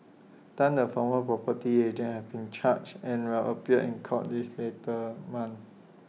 Tan the former property agent has been charged and will appear in court this later month